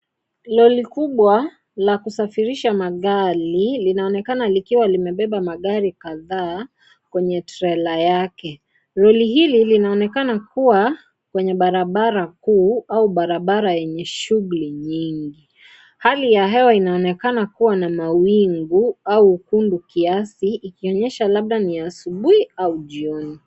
Lorry kubwa la kusafirisha magari linaonekana likiwa limebeba magari kadhaa kwenye (cs)trailer(cs) yake lorry hili linaonekana kuwa kwenye barabara yenye shughuli nyingi hali ya hewa inaonekana kuwa na mawingu au utundu kiasi ikionyesha labda ni asubuhi au jioni.